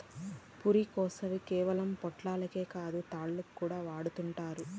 పురికొసని కేవలం పొట్లాలకే కాదు, తాళ్లుగా కూడా వాడతండారు